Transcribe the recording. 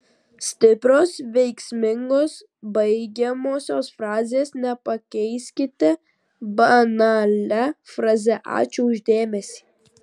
stiprios veiksmingos baigiamosios frazės nepakeiskite banalia fraze ačiū už dėmesį